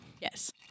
Yes